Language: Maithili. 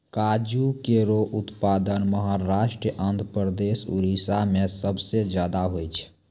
काजू केरो उत्पादन महाराष्ट्र, आंध्रप्रदेश, उड़ीसा में सबसे जादा होय छै